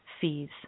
fees